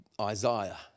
Isaiah